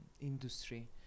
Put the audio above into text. industry